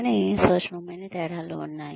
కానీ సూక్ష్మమైన తేడాలు ఉన్నాయి